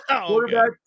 quarterback